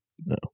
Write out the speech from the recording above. No